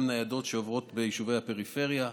יש גם ניידות שעוברות ביישובי הפריפריה.